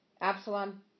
absalom